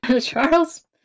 Charles